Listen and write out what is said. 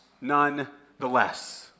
nonetheless